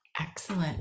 Excellent